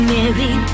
Mary